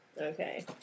Okay